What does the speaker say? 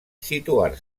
situar